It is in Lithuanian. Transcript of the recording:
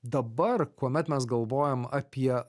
dabar kuomet mes galvojam apie